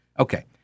Okay